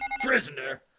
Prisoner